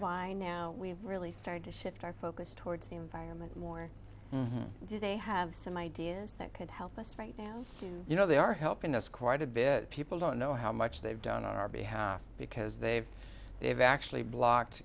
why now we've really started to shift our focus towards the environment more do they have some ideas that could help us right now you know they are helping us quite a bit people don't know how much they've done on our behalf because they've they've actually blocked